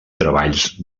treballs